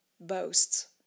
boasts